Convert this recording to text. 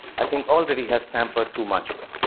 i think, already has tampered too much with.